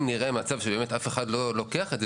נראה מצב שבאמת אף אחד לא לוקח את זה,